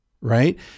Right